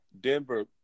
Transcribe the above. Denver –